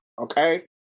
okay